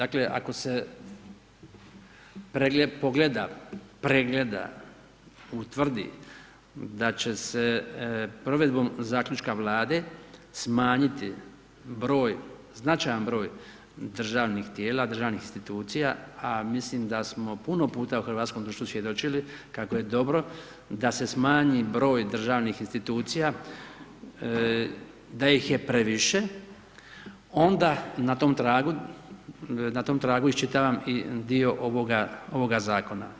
Ako se pogleda pregleda utvrdi da će se provedbenom zaključkom vlade, smanjiti broj značajan broj državnih tijela, državnih institucija, a mislim da smo puno puta u hrvatskom društvu svjedočili kako je dobro da se smanji broj državnih institucija, da ih je previše, onda na tom tragu iščitavam dio ovoga zakona.